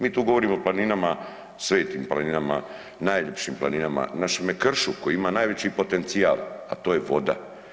Mi tu govorimo o planinama, svetim planinama, najljepšim planinama, našemu kršu koji ima najveći potencijal, a to je voda.